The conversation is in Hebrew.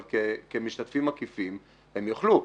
אבל כמשתתפים עקיפים הם יוכלו.